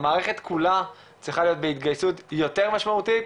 המערכת כולה צריכה להיות בהתגייסות יותר משמעותית,